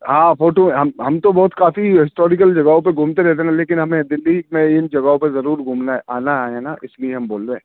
ہاں فوٹو ہم ہم بہت کافی ہسٹوریکل جگہوں پہ تو گُھومتے رہتے ہیں لیکن ہمیں دلّی کے اِن جگہوں پہ ضرور گُھومنا ہے آنا ہے نا اِس لیے ہم بول رہے ہیں